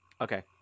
Okay